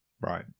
right